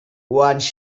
once